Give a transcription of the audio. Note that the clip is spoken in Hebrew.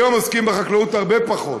היום עוסקים בחקלאות הרבה פחות.